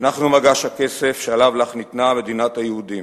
"אנחנו מגש הכסף, שעליו לך ניתנה מדינת היהודים."